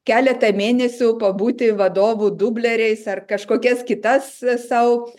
keletą mėnesių pabūti vadovų dubleriais ar kažkokias kitas sau